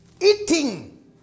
Eating